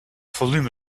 volume